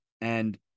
And-